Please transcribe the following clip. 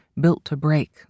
built-to-break